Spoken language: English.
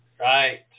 Right